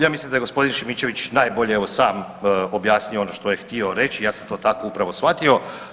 Ja mislim da je gospodin Šimičević najbolje evo sam objasnio ono što je htio reći, ja sam to tako upravo shvatio.